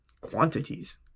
quantities